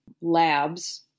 labs